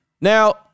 Now